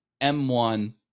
M1